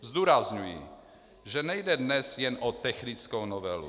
Zdůrazňuji, že nejde dnes jen o technickou novelu.